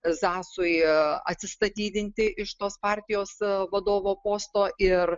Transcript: zasui atsistatydinti iš tos partijos vadovo posto ir